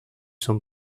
son